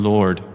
Lord